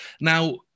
now